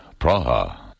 Praha